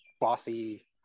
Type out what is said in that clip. bossy